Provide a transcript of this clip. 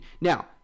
Now